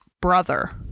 brother